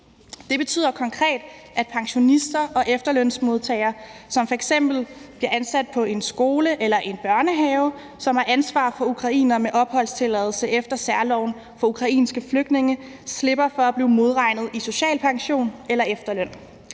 Det betyder konkret, at pensionister og efterlønsmodtagere, som f.eks. bliver ansat på en skole eller i en børnehave, som har ansvar for ukrainere med opholdstilladelse efter særloven for ukrainske flygtninge, slipper for at blive modregnet i social pension eller efterløn.